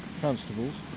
constables